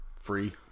free